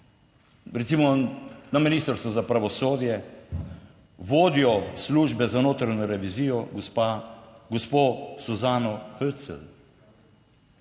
recimo na Ministrstvu za pravosodje, vodjo službe za notranjo revizijo, gospo Suzano Holcl.